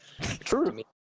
True